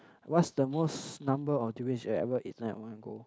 what's the most number of durians you ever eaten at one go